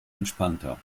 entspannter